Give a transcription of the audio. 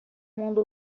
mundo